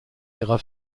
ihrer